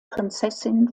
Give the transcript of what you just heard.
prinzessin